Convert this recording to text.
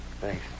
Thanks